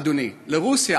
אדוני, לרוסיה,